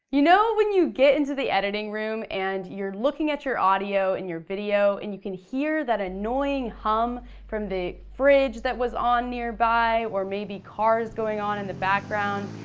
you know when you get into the editing room and you're looking at your audio and your video and you can hear that annoying hum from the fridge that was on nearby or maybe cars going on in the background.